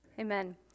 Amen